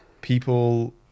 People